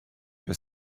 your